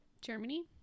Germany